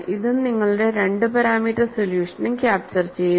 ഇതും നിങ്ങളുടെ 2 പാരാമീറ്റർ സൊല്യൂഷനും ക്യാപ്ചർ ചെയ്യുന്നു